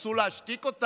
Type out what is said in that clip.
ניסו להשתיק אותה,